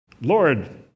Lord